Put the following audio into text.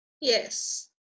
Yes